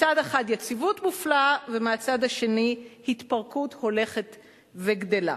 מצד אחד יציבות מופלאה ומהצד השני התפרקות הולכת וגדלה.